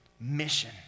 Mission